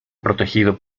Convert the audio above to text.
protegido